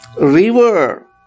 river